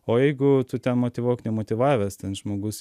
o jeigu tu ten motyvuok nemotyvavęs ten žmogus